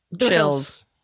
chills